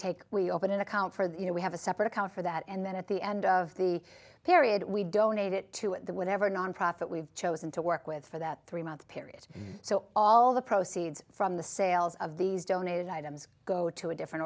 take we open an account for the you know we have a separate account for that and then at the end of the period we donate it to whatever nonprofit we've chosen to work with for that three month period so all the proceeds from the sales of these donated items go to a different